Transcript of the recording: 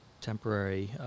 temporary